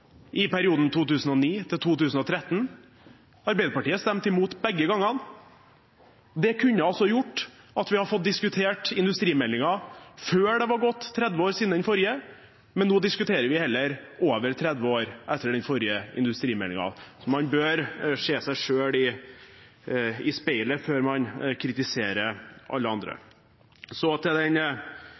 i perioden 2005–2009, i perioden 2009–2013, og Arbeiderpartiet stemte imot begge gangene. Det kunne ha gjort at vi hadde fått diskutert industrimeldingen før det var gått 30 år siden den forrige, men nå diskuterer vi heller over 30 år etter den forrige industrimeldingen. Man bør se seg selv i speilet før man kritiserer alle andre. Så til den